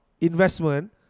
investment